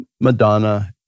Madonna